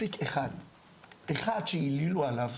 מספיק אחד שהעלילו עליו